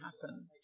happen